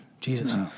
Jesus